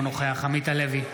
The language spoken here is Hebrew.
אינו נוכח עמית הלוי,